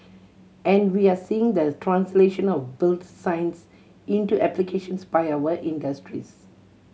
and we are seeing the translation of built science into applications by our industries